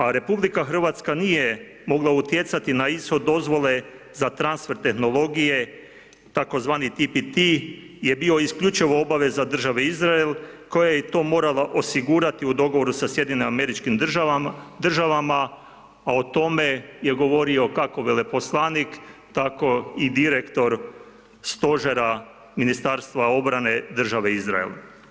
A RH nije mogla utjecati na ishod dozvole za transfer tehnologije, tzv. TPT je bio isključivo obaveza Države Izrael koja je i to morala osigurati u dogovoru sa SAD-om a o tome je govorio kako veleposlanik, tako i direktor stožera Ministarstva obrane Države Izrael.